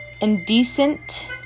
indecent